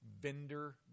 vendor